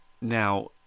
now